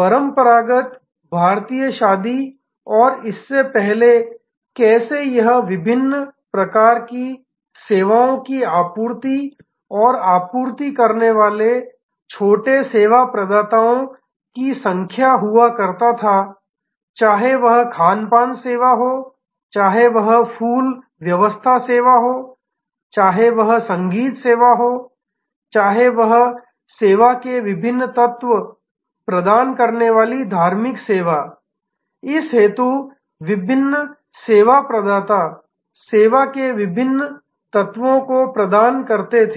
पारंपरिक भारतीय शादी और इससे पहले कैसे यह विभिन्न प्रकार की सेवाओं की आपूर्ति और आपूर्ति करने वाले छोटे सेवा प्रदाताओं की संख्या हुआ करता था चाहे वह खानपान सेवा हो चाहे वह फूल व्यवस्था सेवा हो चाहे वह संगीत सेवा हो चाहे सेवा के विभिन्न तत्व प्रदान करने वाली धार्मिक सेवा इस हेतु विभिन्न सेवा प्रदाता सेवा के विभिन्न तत्वों को प्रदान करते थे